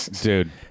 Dude